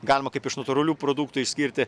galima kaip iš natūralių produktų išskirti